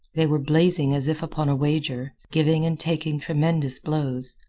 they were blazing as if upon a wager, giving and taking tremendous blows.